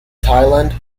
thailand